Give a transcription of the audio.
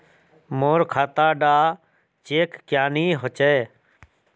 मोर खाता डा चेक क्यानी होचए?